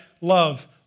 love